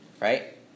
right